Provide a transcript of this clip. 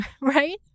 Right